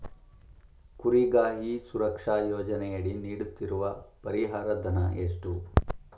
ಕುರಿಗಾಹಿ ಸುರಕ್ಷಾ ಯೋಜನೆಯಡಿ ನೀಡುತ್ತಿರುವ ಪರಿಹಾರ ಧನ ಎಷ್ಟು?